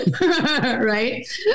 Right